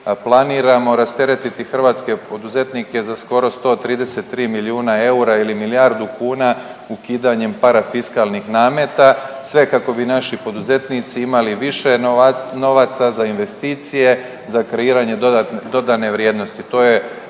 planiramo rasteretiti hrvatske poduzetnike za skoro 133 milijuna eura ili milijardu kuna ukidanjem parafiskalnih nameta. Sve kako bi naši poduzetnici imali više novaca za investicije, za kreiranje dodane vrijednosti.